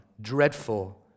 dreadful